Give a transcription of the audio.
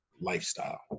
lifestyle